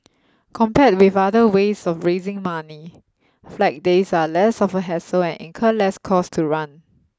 compared with other ways of raising money flag days are less of a hassle and incur less cost to run